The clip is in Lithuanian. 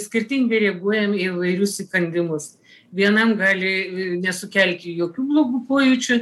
skirtingai reaguojam į įvairius įkandimus vienam gali nesukelti jokių blogų pojūčių